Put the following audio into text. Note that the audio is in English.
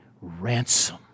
ransom